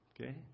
Okay